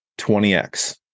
20x